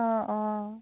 অঁ অঁ